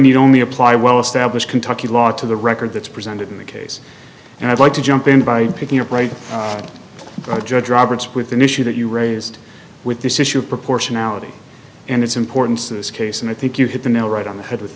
need only apply well established kentucky law to the record that's presented in the case and i'd like to jump in by picking up right to judge roberts with an issue that you raised with this issue of proportionality and its importance to this case and i think you hit the nail right on the head with